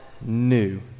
new